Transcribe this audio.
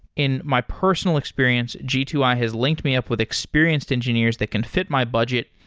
in my personal experience, g two i has linked me up with experienced engineers that can fit my budget,